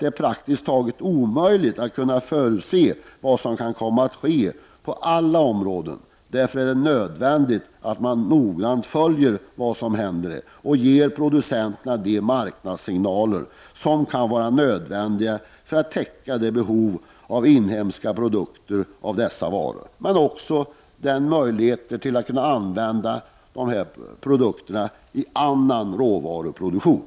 Det är ju praktiskt taget omöjligt att förutse vad som kan komma att ske på alla områden. Därför är det nödvändigt att noggrant följa utvecklingen. Producenterna måste få de marknadssignaler som kan vara nödvändiga när det gäller att täcka behovet av sådana här inhemska produkter. Dessutom skall det finnas möjligheter att använda dessa produkter i annan råvaruproduktion.